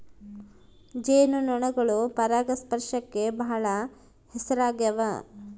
ಜೇನು ನೊಣಗಳು ಪರಾಗಸ್ಪರ್ಶಕ್ಕ ಬಾಳ ಹೆಸರಾಗ್ಯವ